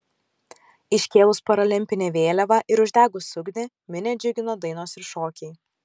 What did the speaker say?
iškėlus paralimpinę vėliavą ir uždegus ugnį minią džiugino dainos ir šokiai